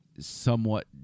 somewhat